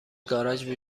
گاراژ